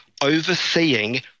overseeing